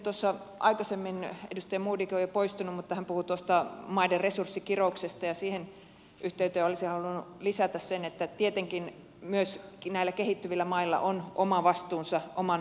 tuossa aikaisemmin edustaja modig puhui hän on jo poistunut maiden resurssikirouksesta ja siihen yhteyteen olisin halunnut lisätä että tietenkin myöskin näillä kehittyvillä mailla on oma vastuunsa oman maansa kehityksestä